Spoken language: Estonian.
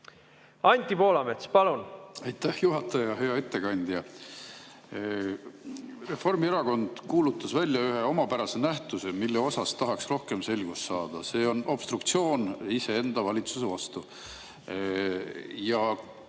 vastu seda teeb. Aitäh, juhataja! Hea ettekandja! Reformierakond kuulutas välja ühe omapärase nähtuse, mille kohta tahaks rohkem selgust saada – see on obstruktsioon iseenda valitsuse vastu. Ja kuna